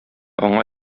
аңа